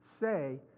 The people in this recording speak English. say